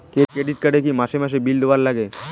Credit card এ কি মাসে মাসে বিল দেওয়ার লাগে?